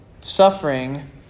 suffering